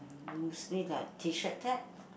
mostly like T-shirt type